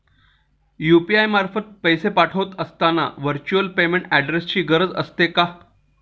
UPI मार्फत पैसे पाठवत असताना व्हर्च्युअल पेमेंट ऍड्रेसची गरज असते का?